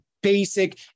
Basic